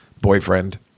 boyfriend